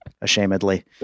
ashamedly